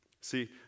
See